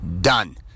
done